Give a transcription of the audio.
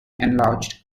enlarged